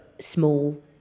small